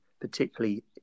particularly